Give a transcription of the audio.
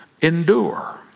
endure